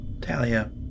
Talia